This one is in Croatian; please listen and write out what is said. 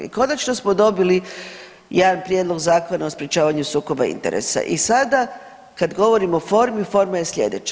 I konačno smo dobili jedan prijedlog Zakona o sprječavanju sukoba interesa i sada kad govorim o formi, forma je slijedeća.